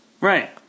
right